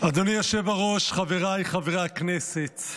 אדוני היושב-ראש, חבריי חברי הכנסת,